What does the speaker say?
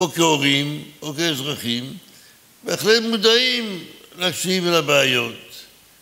או כהורים או כאזרחים ואחרי מודעים להשיב על הבעיות